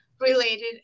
related